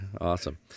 Awesome